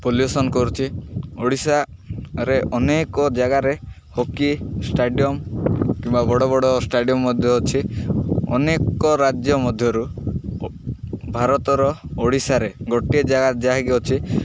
pollution କରୁଛି ଓଡ଼ିଶାରେ ଅନେକ ଜାଗାରେ ହକି ଷ୍ଟାଡ଼ିୟମ୍ କିମ୍ବା ବଡ଼ ବଡ଼ ଷ୍ଟାଡ଼ିୟମ୍ ମଧ୍ୟ ଅଛି ଅନେକ ରାଜ୍ୟ ମଧ୍ୟରୁ ଭାରତର ଓଡ଼ିଶାରେ ଗୋଟିଏ ଜାଗା ଯାହାକି ଅଛି